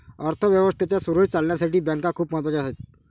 अर्थ व्यवस्थेच्या सुरळीत चालण्यासाठी बँका खूप महत्वाच्या आहेत